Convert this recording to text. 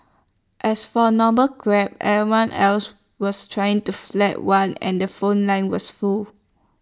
as for normal Crab everyone else was trying to flag one and the phone lines was full